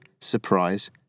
surprise